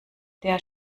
der